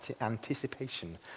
anticipation